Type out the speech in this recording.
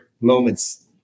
moments